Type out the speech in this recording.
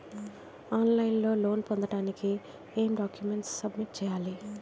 On line లో loan పొందటానికి ఎం డాక్యుమెంట్స్ సబ్మిట్ చేయాలి?